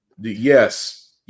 Yes